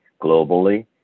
globally